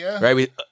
right